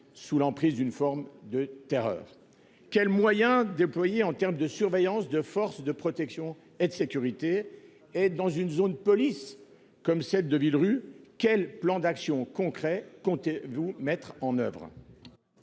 sous l'emprise d'une forme de terreur. Quels moyens déployés en termes de surveillance de force de protection et de sécurité et dans une zone police comme cette de ville rue quel plan d'action concret, comptez-vous mettre en oeuvre.